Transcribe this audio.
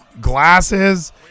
Glasses